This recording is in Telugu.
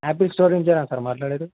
యాపిల్ స్టోర్ నుంచేనా సార్ మాట్లాడేది